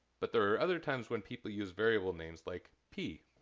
but there are other times when people use variable names like p.